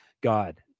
God